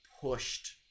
pushed